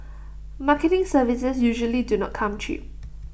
marketing services usually do not come cheap